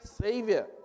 savior